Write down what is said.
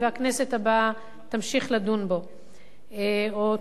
והכנסת הבאה תדון בו מחדש,